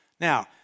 Now